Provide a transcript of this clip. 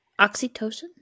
Oxytocin